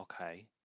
Okay